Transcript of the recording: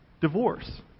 divorce